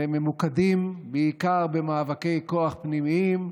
וממוקדים בעיקר במאבקי כוח פנימיים,